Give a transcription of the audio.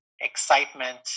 excitement